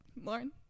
Lauren